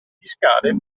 fiscale